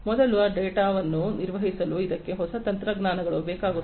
ಮೊದಲ ಡೇಟಾವನ್ನು ನಿರ್ವಹಿಸಲು ಇದಕ್ಕೆ ಹೊಸ ತಂತ್ರಜ್ಞಾನಗಳು ಬೇಕಾಗುತ್ತವೆ